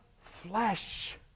flesh